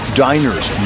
diners